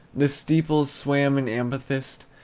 the steeples swam in amethyst,